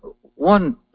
one